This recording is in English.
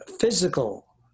physical